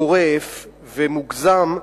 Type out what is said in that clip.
באופן גורף ומוגזם,